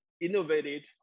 innovated